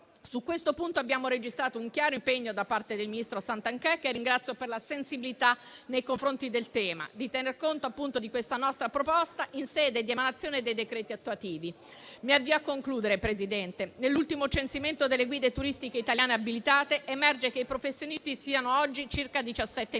Su questo punto abbiamo registrato un chiaro impegno da parte del ministro Santanchè, che ringrazio per la sensibilità nei confronti del tema, di tener conto di questa nostra proposta in sede di emanazione dei decreti attuativi. Mi avvio a concludere, Presidente. Nell'ultimo censimento delle guide turistiche italiane abilitate emerge che i professionisti sono oggi circa 17.000;